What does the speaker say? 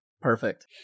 Perfect